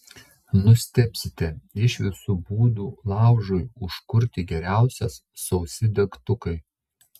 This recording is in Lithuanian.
nustebsite iš visų būdų laužui užkurti geriausias sausi degtukai